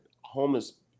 homeless